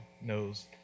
knows